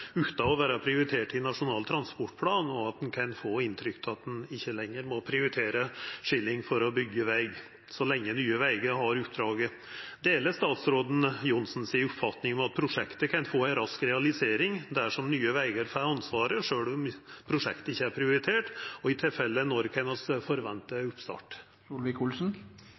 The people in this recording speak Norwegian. utan å vere prioritert i Nasjonal transportplan, og ein kan få inntrykk av at ein ikkje lenger må prioritere pengar for å bygge veg, så lenge Nye Veier har oppdraget. Deler statsråden Johnsen si oppfatning om at prosjektet kan få ei rask realisering dersom Nye Veier får ansvaret, sjølv om prosjektet ikkje er prioritert, og i tilfelle når kan me forvente oppstart?»